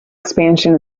expansion